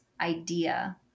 idea